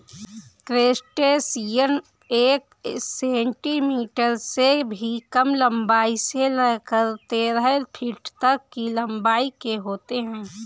crustacean एक centimetre से भी कम लंबाई से लेकर तेरह फीट तक की लंबाई के होते हैं